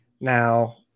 Now